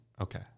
Okay